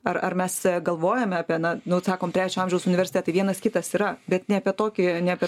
ar ar mes galvojame apie na nu sakom trečio amžiaus universitetai vienas kitas yra bet ne apie tokį ne apie